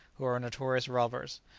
who are notorious robbers.